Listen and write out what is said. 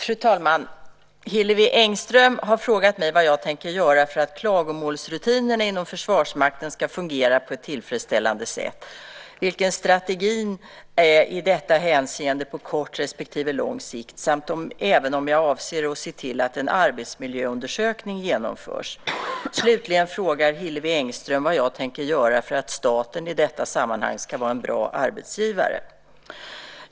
Fru talman! Hillevi Engström har frågat mig vad jag tänker göra för att klagomålsrutinerna inom Försvarsmakten ska fungera på ett tillfredsställande sätt, vilken strategin är i detta hänseende på kort respektive lång sikt samt även om jag avser att se till att en arbetsmiljöundersökning genomförs. Slutligen frågar Hillevi Engström vad jag tänker göra för att staten i detta sammanhang ska vara en bra arbetsgivare.